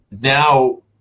Now